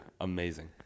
amazing